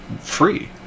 free